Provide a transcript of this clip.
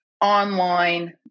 online